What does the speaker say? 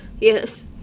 Yes